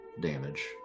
damage